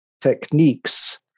techniques